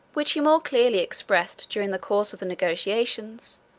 which he more clearly expressed during the course of the negotiations,